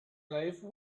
life